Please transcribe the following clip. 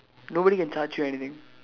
nobody can charge you anything